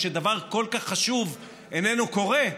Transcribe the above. וכשדבר כל כך חשוב איננו קורה,